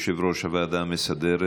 יושב-ראש הוועדה המסדרת.